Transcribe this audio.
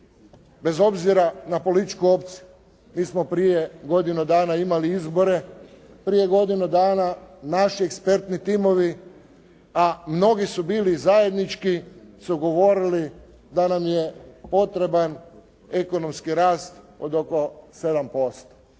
bez obzira na političku opciju, mi smo prije godinu dana imali izbore, prije godinu dana naši ekspertni timovi, a mnogi su bili zajednički su govorili da nam je potreban ekonomski rast od oko 7%